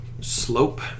slope